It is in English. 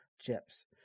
chips